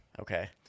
okay